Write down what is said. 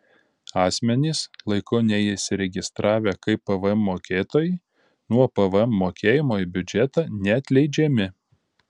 asmenys laiku neįsiregistravę kaip pvm mokėtojai nuo pvm mokėjimo į biudžetą neatleidžiami